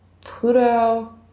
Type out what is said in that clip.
Pluto